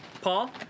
Paul